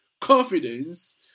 Confidence